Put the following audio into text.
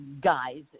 guys